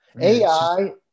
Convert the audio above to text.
ai